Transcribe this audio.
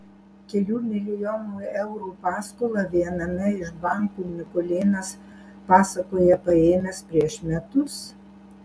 kelių milijonų eurų paskolą viename iš bankų mikulėnas pasakoja paėmęs prieš metus